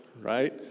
right